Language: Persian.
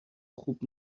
خوب